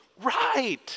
Right